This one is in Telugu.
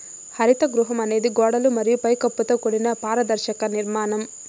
హరిత గృహం అనేది గోడలు మరియు పై కప్పుతో కూడిన పారదర్శక నిర్మాణం